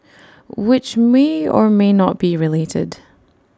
which may or may not be related